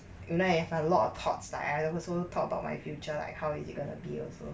you know I have a lot of thoughts lah I only talk about my future like is it gonna be also